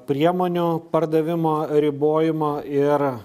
priemonių pardavimo ribojimo ir